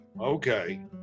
Okay